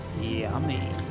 Yummy